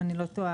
אם אני לא טועה,